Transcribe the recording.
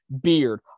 Beard